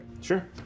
Sure